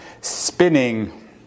spinning